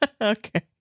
okay